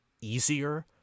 easier